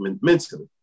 mentally